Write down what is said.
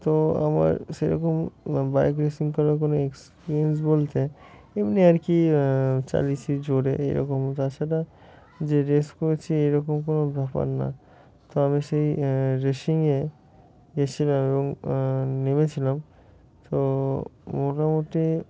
তো আমার সেই রকম মানে বাইক রেসিং করার কোনো এক্সপিরিয়েন্স বলতে এমনি আর কি চালিয়েছি জোরে এই রকম তাছাড়া যে রেস করেছি এই রকম কোনো ব্যাপার না তো আমি সেই রেসিংয়ে গিয়েছিলাম এবং নেমেছিলাম তো মোটামুটি